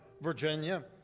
Virginia